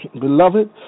beloved